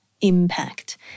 impact